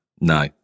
No